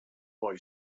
boy